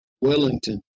Wellington